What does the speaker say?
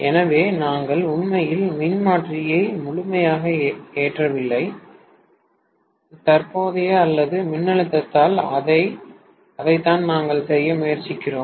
எனவே நாங்கள் உண்மையில் மின்மாற்றியை முழுமையாக ஏற்றவில்லை இல்லை தற்போதைய அல்லது மின்னழுத்தத்தால் அதைத்தான் நாங்கள் செய்ய முயற்சிக்கிறோம்